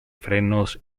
frenos